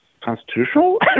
constitutional